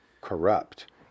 corrupt